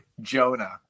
Jonah